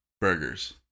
Burgers